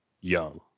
young